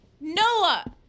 Noah